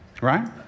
right